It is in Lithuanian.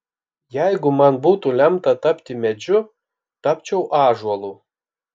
jeigu man būtų lemta tapti medžiu tapčiau ąžuolu